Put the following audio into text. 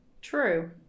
True